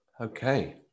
Okay